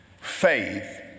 faith